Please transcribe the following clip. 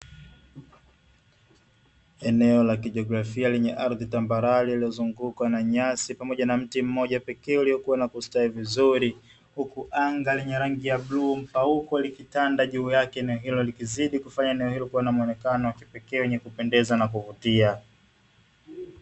Eneo la kijiografia lenye ardhi tambarare likizungukwa na nyasi pamoja na mti mmoja pekee uliokua na kustawi vizuri, huku anga lina rangi ya bluu na mpauko likitanda juu likizidi kufanya eneo hilo kua na muonekano wa kipekee wenye kupendeza na kuvutia.